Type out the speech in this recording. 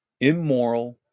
immoral